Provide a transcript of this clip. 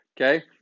Okay